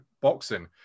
boxing